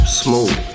smooth